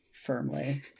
firmly